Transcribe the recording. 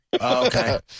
okay